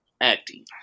acting